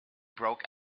broke